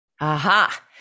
Aha